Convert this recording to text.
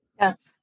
Yes